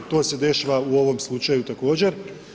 To se dešava u ovom slučaju također.